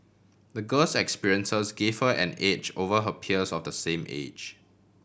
the girl's experiences gave her an edge over her peers of the same age